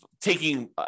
taking